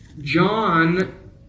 John